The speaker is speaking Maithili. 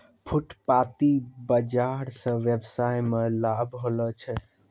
फुटपाटी बाजार स वेवसाय मे लाभ होलो छै